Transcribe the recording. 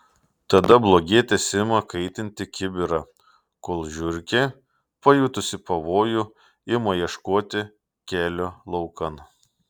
tada blogietis ima kaitinti kibirą kol žiurkė pajutusi pavojų ima ieškoti kelio laukan